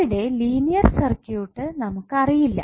അവിടെ linear circuit നമുക്ക് അറിയില്ല